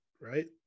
right